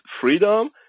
freedom